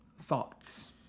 thoughts